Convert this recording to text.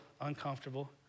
uncomfortable